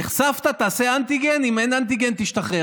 נחשפת, תעשה אנטיגן, אם אין אנטיגן, תשתחרר.